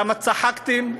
למה צחקתם?